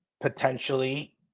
Potentially